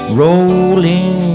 rolling